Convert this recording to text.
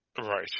Right